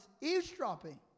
eavesdropping